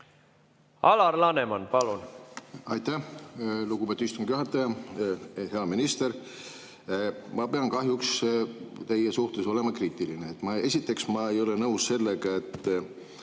Alar Laneman, palun!